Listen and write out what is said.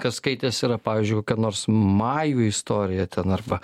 kas skaitęs yra pavyzdžiui kokią nors majų istoriją ten arba